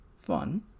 fun